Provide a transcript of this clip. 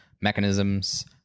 mechanisms